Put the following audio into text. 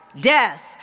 death